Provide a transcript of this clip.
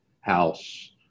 house